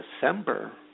December